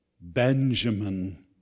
Benjamin